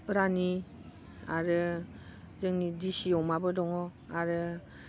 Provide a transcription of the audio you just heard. रानि आरो जोंनि डिसि अमाबो दङ आरो